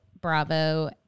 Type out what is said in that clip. Bravo